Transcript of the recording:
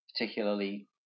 particularly